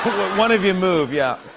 one of you move. yeah.